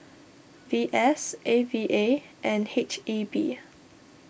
V S A V A and H E B